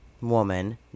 Woman